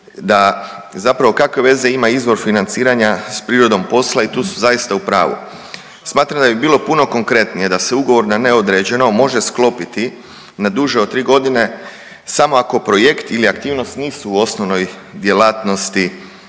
da zapravo kakve veze ima izvor financiranja s prirodom posla i tu su zaista u pravu. Smatram da bi bilo puno konkretnije da se ugovor na neodređeno može sklopiti na duže od tri godine samo ako projekt ili aktivnost nisu u osnovnoj djelatnosti